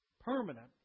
permanent